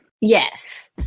Yes